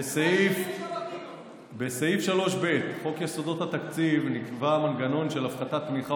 בסעיף 3ב לחוק יסודות התקציב נקבע מנגנון של הפחתת תמיכה